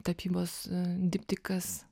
tapybos diptikas